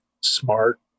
Smart